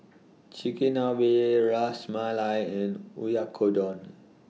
Chigenabe Ras Malai and Oyakodon